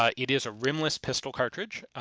ah it is a rimless pistol cartridge.